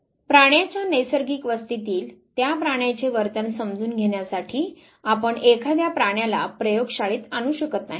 प्राण्याच्या नैसर्गिक वस्ती तील त्या प्राण्याचे वर्तन समजून घेण्यासाठी आपण एखाद्या प्राण्याला प्रयोग शाळेत आणू शकत नाही